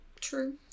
True